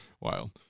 wild